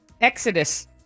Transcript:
exodus